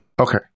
Okay